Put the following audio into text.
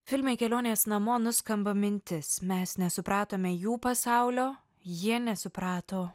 filme kelionės namo nuskamba mintis mes nesupratome jų pasaulio jie nesuprato